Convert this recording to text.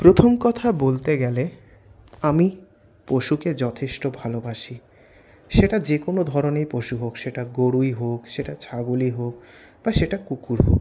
প্রথম কথা বলতে গেলে আমি পশুকে যথেষ্ট ভালোবাসি সেটা যেকোনো ধরনের পশু হোক সেটা গরুই হোক বা সেটা ছাগলই হোক বা সেটা কুকুরই হোক